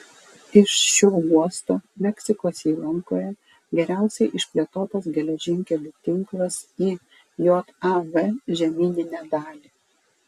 iš šio uosto meksikos įlankoje geriausiai išplėtotas geležinkelių tinklas į jav žemyninę dalį